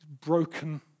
broken